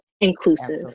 inclusive